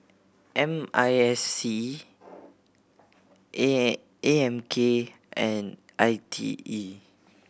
M I S C A M K and I T E